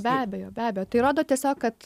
be abejo be abejo tai rodo tiesiog kad